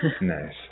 nice